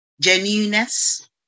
genuineness